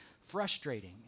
frustrating